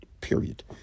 Period